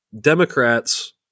Democrats